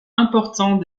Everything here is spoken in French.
important